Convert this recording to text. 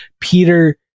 Peter